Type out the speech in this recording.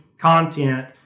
content